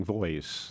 voice